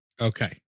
Okay